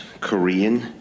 Korean